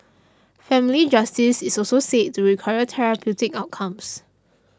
family justice is also said to require therapeutic outcomes